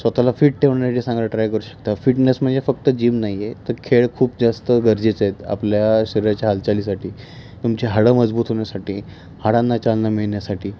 स्वतःला फिट ठेवण्यासाठी सांगा ट्राय करू शकता फिटनेस म्हणजे फक्त जिम नाही आहे तर खेळ खूप जास्त गरजेचे आहेत आपल्या शरीराच्या हालचालीसाठी तुमची हाडं मजबूत होण्यासाठी हाडांना चालना मिळण्यासाठी